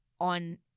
on